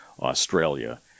Australia